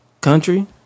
Country